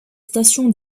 stations